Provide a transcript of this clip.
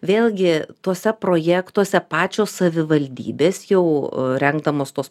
vėlgi tuose projektuose pačios savivaldybės jau rengdamos tuos